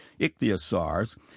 ichthyosaurs